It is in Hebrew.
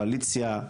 קואליציה,